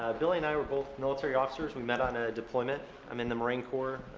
billy and i were both military officers. we met on a deployment. i'm in the marine corps.